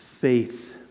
Faith